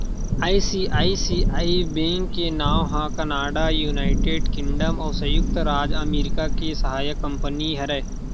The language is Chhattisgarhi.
आई.सी.आई.सी.आई बेंक के नांव ह कनाड़ा, युनाइटेड किंगडम अउ संयुक्त राज अमरिका के सहायक कंपनी हरय